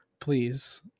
please